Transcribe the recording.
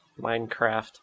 Minecraft